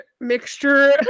mixture